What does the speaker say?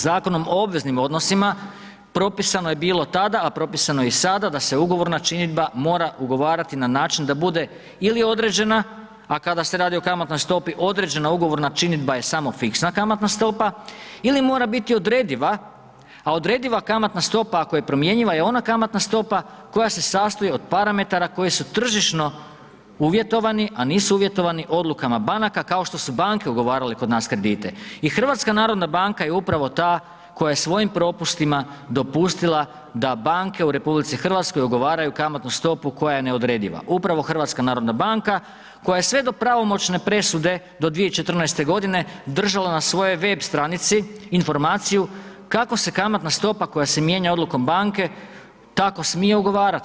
Zakonom o obveznim odnosima, propisano je bilo tada a propisano je i sada da se ugovorna činidba mora ugovarati na način da bude ili određena a kada se radi o kamatnoj stopi, određena ugovorna činidba je samo fiksna kamatna stopa ili mora biti odrediva a odrediva kamatna stopa ako je promjenjiva je ona kamatna stopa koja se sastoji od parametara koji su tržišno uvjetovani a nisu uvjetovani odlukama banaka kao što su banke ugovarale kod nas kredite i HNB je upravo koja je svojim propustima dopustila da banke u RH ugovaraju kamatnu stopu koja je neodrediva, upravo HNB koja je sve do pravomoćne presude do 2014. g. držala na svojoj web stranici informaciju kako se kamatna stopa koja se mijenja odlukom banke, tako smije ugovarati.